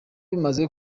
bimaze